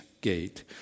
gate